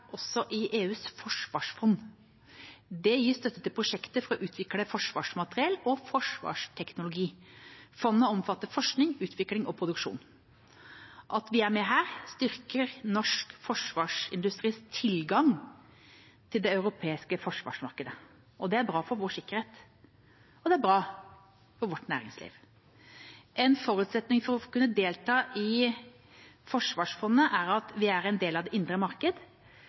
også i EUs forsvarsfond. Det gir støtte til prosjekter for å utvikle forsvarsmateriell og forsvarsteknologi. Fondet omfatter forskning, utvikling og produksjon. At vi er med her, styrker norsk forsvarsindustris tilgang til det europeiske forsvarsmarkedet. Det er bra for vår sikkerhet, og det er bra for vårt næringsliv. En forutsetning for å kunne å delta i forsvarsfondet er at vi er en del av det indre marked